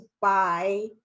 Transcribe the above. buy